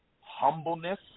humbleness